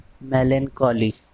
Melancholy